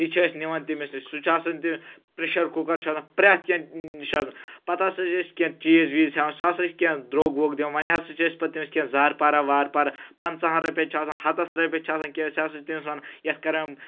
تہِ چھِ أسۍ نوان تٔمس نِش سُہ چھُ آسان تہٕ پریشر کُکر چھُ آسان پرٛٮ۪تھ کینہہ چھُ آسان پَتہٕ ہَسا چھِ أسۍ کینہہ چیٖز ویٖز ہیٚوان سُہ ہَسا چھ کینہہ درٛوگ ورٛوگ دِوان وۄنۍ ہَسا چھِ أسۍ تٔمس پَتہٕ کینہہ زارٕ پارہ وارٕ پار پنژہن رۄپین چھُ آسان ہَتس رۄپیس چھ آسان کینہہ سُہ ہَسا چھِ تٔمس وَنان یتھ کر وۄنۍ